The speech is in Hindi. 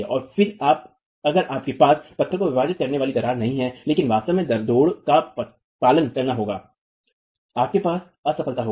और फिर अगर आपके पास पत्थर को विभाजित करने वाली दरार नहीं है लेकिन वास्तव में जोड़ों का पालन करना होगा आपके पास असफलता होगी